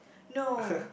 no